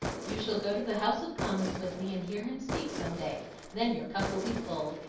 you shall go to the house of commons with me and hear him speak some day then your cup will be full,